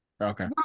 Okay